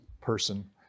person